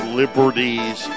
liberties